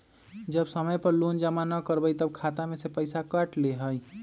जब समय पर लोन जमा न करवई तब खाता में से पईसा काट लेहई?